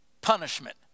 punishment